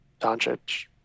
Doncic